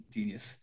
Genius